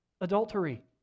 adultery